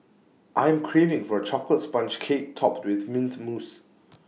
I am craving for A Chocolate Sponge Cake Topped with Mint Mousse